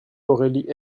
aurélie